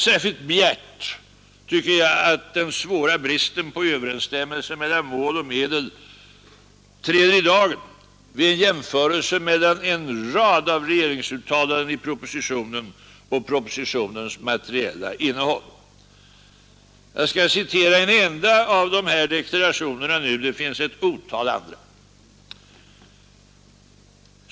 Särskilt bjärt tycker jag att den svåra bristen på överensstämmelse mellan mål och medel träder i dagen vid en jämförelse mellan en rad av regeringsuttalanden i propositionen och propositionens materiella innehåll. Jag skall citera en enda av dessa deklarationer — det finns ett otal andra.